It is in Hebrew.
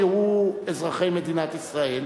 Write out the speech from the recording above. שהוא אזרחי מדינת ישראל.